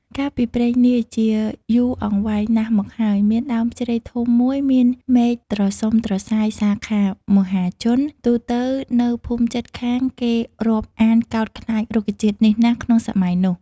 កាលពីព្រេងនាយជាយូរអង្វែងណាស់មកហើយ មានដើមជ្រៃធំមួយមានមែកត្រសុំត្រសាយសាខា មហាជន ទូទៅនៅភូមិជិតខាងគេរាប់អានកោតខ្លាចរុក្ខជាតិនេះណាស់ក្នុងសម័យនោះ។